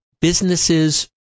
businesses